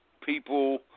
people